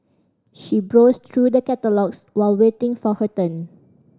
she browsed through the catalogues while waiting for her turn